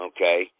Okay